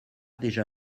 déjà